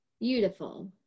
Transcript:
Beautiful